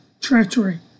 treachery